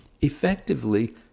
effectively